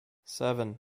seven